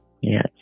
Yes